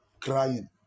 crying